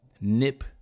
nip